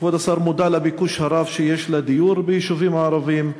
כבוד השר מודע לביקוש הרב לדיור ביישובים הערביים.